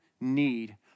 need